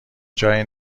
جایی